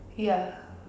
ya